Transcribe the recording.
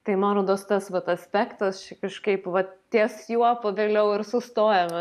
tai man rodos tas vat aspektas čia kažkaip vat ties juo pagaliau ir sustojome